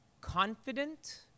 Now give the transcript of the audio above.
confident